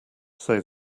say